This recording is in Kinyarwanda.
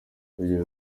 iyo